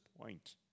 point